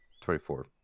twenty-four